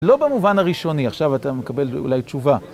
לא במובן הראשוני, עכשיו אתה מקבל אולי תשובה.